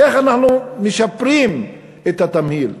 איך אנחנו משפרים את התמהיל לכיוון,